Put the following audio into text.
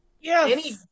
Yes